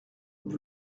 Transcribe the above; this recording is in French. vous